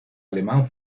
alemán